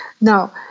Now